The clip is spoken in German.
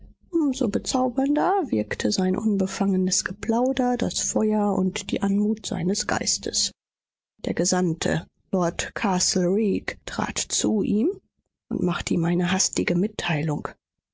so bezaubernder wirkte sein unbefangenes geplauder das feuer und die anmut seines geistes der gesandte lord castlereagh trat zu ihm und machte ihm eine hastige mitteilung